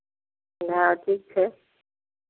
हँ ठीक छै